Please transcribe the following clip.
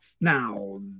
Now